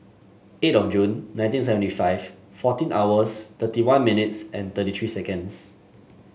eight of June nineteen seventy five fourteen hours thirty one minutes thirty three seconds